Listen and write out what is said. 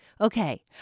Okay